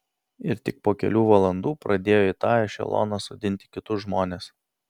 ir tik po kelių valandų pradėjo į tą ešeloną sodinti kitus žmones